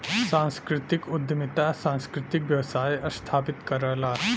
सांस्कृतिक उद्यमिता सांस्कृतिक व्यवसाय स्थापित करला